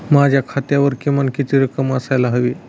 माझ्या खात्यावर किमान किती रक्कम असायला हवी?